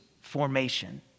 formation